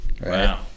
Wow